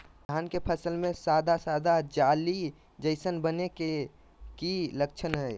धान के फसल में सादा सादा जाली जईसन बने के कि लक्षण हय?